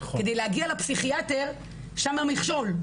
כדי להגיע לפסיכיאטר, שם המכשול.